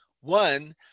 One